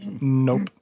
Nope